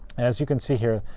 as you can see here,